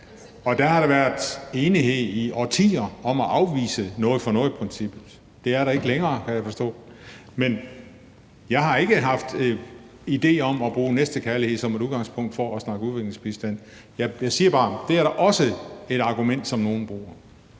Der har i årtier været enighed om at afvise noget for noget-princippet. Det er der ikke længere, kan jeg forstå, men jeg har ikke haft idé om at bruge næstekærlighed som et udgangspunkt for at snakke om udviklingsbistand. Jeg siger bare, at det da også er et argument, som nogle bruger.